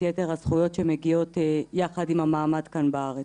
יתר הזכויות שמגיעות יחד עם המעמד כאן בארץ.